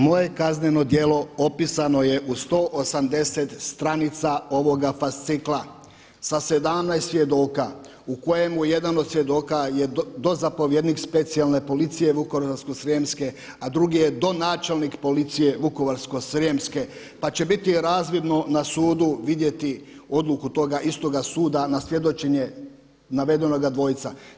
Moje kazneno djelo opisano je u 180 stranica ovoga fascikla sa 17 svjedoka u kojemu jedan od svjedoka je dozapovjednik specijalne policije Vukovarsko-srijemske, a drugi je donačelnik policije Vukovarsko-srijemske pa će biti razvidno na sudu vidjeti odluku toga istoga suda na svjedočenje navedenoga dvojca.